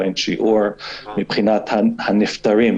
עם שיעור מבחינת הנפטרים,